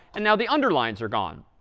and now the underlines are gone.